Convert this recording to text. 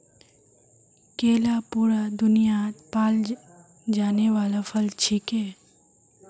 केला पूरा दुन्यात पाल जाने वाला फल छिके